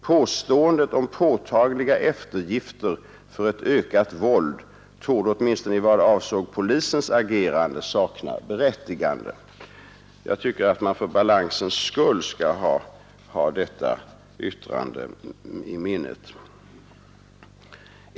Påståendet om påtagliga eftergifter för ett ökat våld torde åtminstone i vad avsåg polisens agerande sakna berättigande.” Jag tycker att man för balansens skull bör ha detta yttrande i minnet.